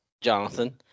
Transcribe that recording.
Jonathan